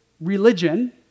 religion